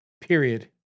period